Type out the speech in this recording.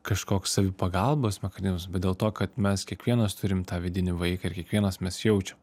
kažkoks savipagalbos mechanizmas bet dėl to kad mes kiekvienas turim tą vidinį vaiką ir kiekvienas mes jaučiam